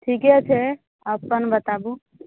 ठीके छै अपन बताबु